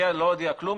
לא הודיעה כלום,